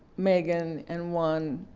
megan, and juan,